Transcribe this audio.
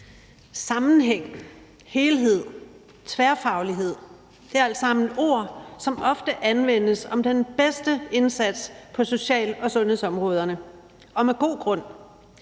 Sammenhæng, helhed og tværfaglighed er alt sammen ord, som ofte anvendes om den bedste indsats på social- og sundhedsområderne, og med god grund,